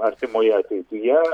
artimoje ateityje